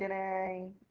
and a